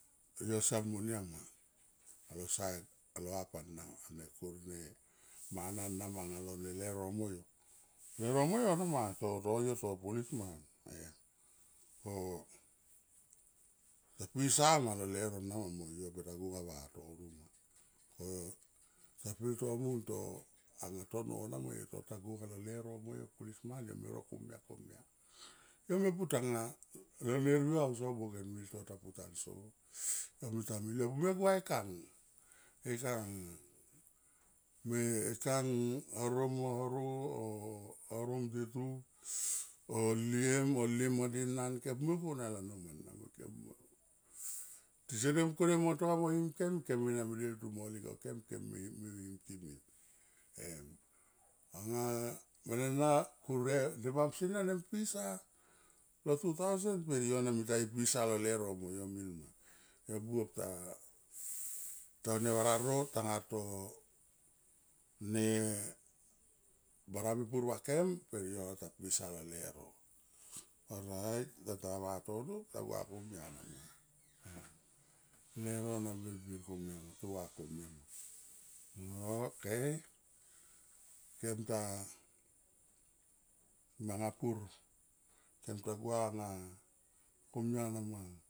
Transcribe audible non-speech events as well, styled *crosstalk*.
Yo siam monia ma alo sait alo hap ana mep kur ne mana nama alo leleuro mo yo. Leuro mo on o ma yo to yo police man *hesitation* ko ta pisama lo leuro na mo yo, yo beta gonga vatono ma ko ta pelto mun to anga tono nama yo to ta go nga lo, leuro mo yo police man yo me ro komia, komia kem me putanga lo nevriou au so boganvil tota pu ta pu tanso yo mita mil yo pume gua e kang, e kang me, e kang horo mo horo o horo mdetu o liem o liem a di nan kep na kep na gun na lano man na man kep na gun, tison mung kone mo ntonga mo him kem, kem ena me deltu mo lek o kem, kem him him ti min em. Anga menena kure ne mamsie na ne mpisa lo two thousand per yo na mita pisa lo leuro mo yo ma, yo buop ta, ta unia *noise* va raro tanga to ne bara mepur va kem per yo ta pisa lo leuro orait ta tanga vatono ta gua *noise* komia nama *noise* leuro na birbir ko mia tua komia ok kem ta manga pur kem ta gua nga komia nama.